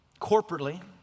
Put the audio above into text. corporately